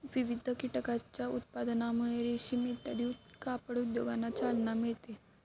विविध कीटकांच्या उत्पादनामुळे रेशीम इत्यादी कापड उद्योगांना चालना मिळते